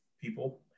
people